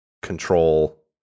Control